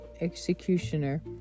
executioner